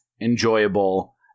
enjoyable